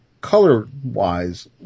color-wise